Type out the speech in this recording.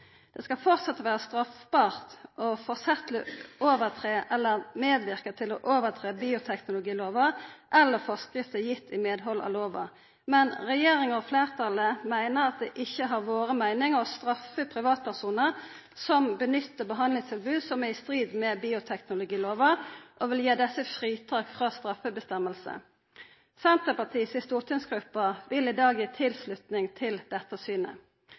Det skal framleis vera straffbart å overtre forsettleg eller medverka til å overtre bioteknologilova eller forskrifter gitt i medhald av lova. Men regjeringa og fleirtalet meiner at det ikkje har vore meininga å straffa privatpersonar som nyttar behandlingstilbod som er i strid med bioteknologilova, og vil gi desse fritak frå straffeføresegna. Senterpartiets stortingsgruppe vil i dag gi tilslutning til dette synet.